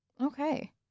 Okay